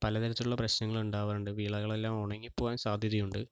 പലതരത്തിലുള്ള പ്രശ്നങ്ങൾ ഉണ്ടാവാറുണ്ട് വിളകളെല്ലാം ഉണങ്ങി പോവാൻ സാധ്യതയുണ്ട്